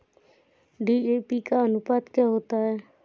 DAP का अनुपात क्या होता है?